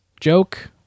joke